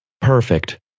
perfect